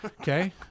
Okay